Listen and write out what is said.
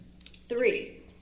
Three